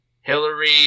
Hillary